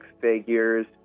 figures